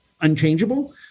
unchangeable